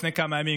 לפני כמה ימים,